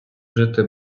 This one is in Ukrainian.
жити